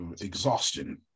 Exhaustion